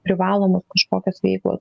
privalomos kažkokios veiklos